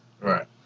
Right